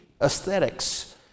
aesthetics